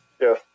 Yes